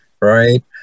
right